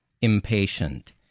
impatient